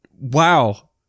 Wow